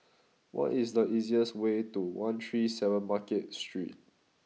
what is the easiest way to one three seven Market Street